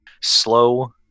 slow